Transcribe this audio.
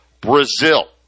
Brazil